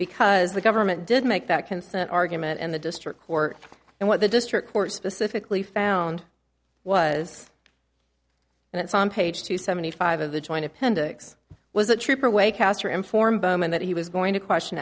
because the government did make that consent argument and the district court and what the district court specifically found was and it's on page two seventy five of the joint appendix was the trooper way caster informed bowman that he was going to question